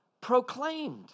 proclaimed